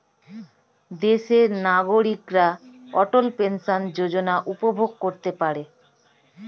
দেশের নাগরিকরা অটল পেনশন যোজনা উপভোগ করতে পারেন